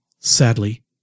Sadly